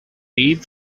deep